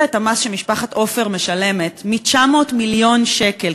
את המס שמשפחת עופר משלמת מ-900 מיליון שקל,